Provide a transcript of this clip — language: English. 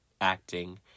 Acting